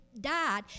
died